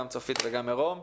גם צופית וגם מירום.